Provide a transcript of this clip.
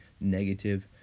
negative